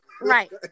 Right